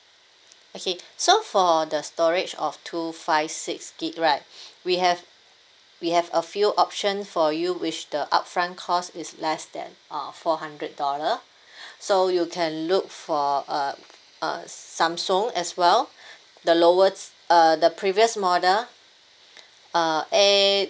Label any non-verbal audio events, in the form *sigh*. okay so for the storage of two five six gig right *breath* we have we have a few option for you which the upfront cost is less than uh four hundred dollar so you can look for uh uh samsung as well the lowest uh the previous model uh A